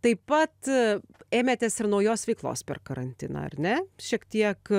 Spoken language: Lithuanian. taip pat ėmėtės ir naujos veiklos per karantiną ar ne šiek tiek